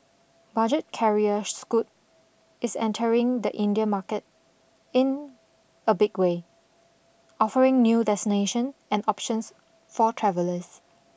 budget carrier Scoot is entering the Indian market in a big way offering new destination and options for travellers